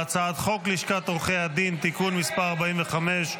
חוק לשכת עורכי הדין (תיקון מס' 45),